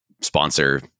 sponsor